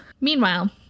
Meanwhile